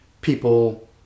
people